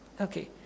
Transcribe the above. Okay